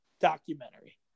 documentary